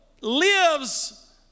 lives